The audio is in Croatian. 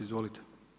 Izvolite.